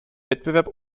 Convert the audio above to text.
wettbewerb